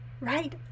right